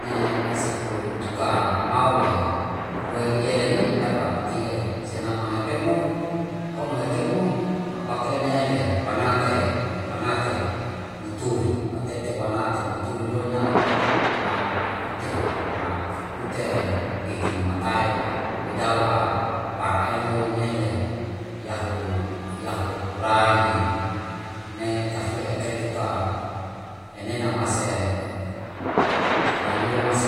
ne sepu tuka amau wei yele ni dau apitie senama hepe mo ahono heke mo apake nele wanate wanate muturi atete wanate muturi loi na a'ute, a'ute liki mamatai nedau'a para eloi nele yahu puraini ne kasua heke tuka enena mase lai nuel maso